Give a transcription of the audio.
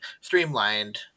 streamlined